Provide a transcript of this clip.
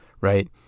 right